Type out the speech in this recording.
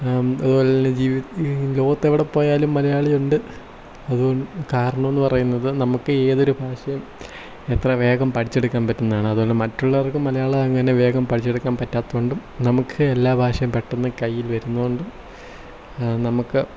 അതുപോലെ തന്നെ ജീവിതത്തിൽ ലോകത്ത് എവിടെ പോയാലും മലയാളി ഉണ്ട് അതുകൊണ്ട് കാരണമെന്ന് പറയുന്നത് നമുക്ക് ഏതൊരു ഭാഷയും എത്രയും വേഗം പഠിച്ചെടുക്കാൻ പറ്റുന്നതാണ് അതുകൊണ്ട് മറ്റുള്ളവർക്ക് മലയാളം അങ്ങനെ വേഗം പഠിച്ചെടുക്കാൻ പറ്റാത്തതു കൊണ്ടും നമുക്ക് എല്ലാ ഭാഷയും പെട്ടെന്ന് കയ്യിൽ വരുന്നതു കൊണ്ടും നമുക്ക്